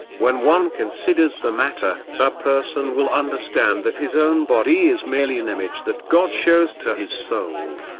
when one considers the matter, a person will understand that his own body is merely an image that god shows to his soul.